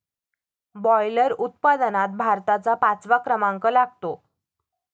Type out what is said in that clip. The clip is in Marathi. बॉयलर उत्पादनात भारताचा पाचवा क्रमांक लागतो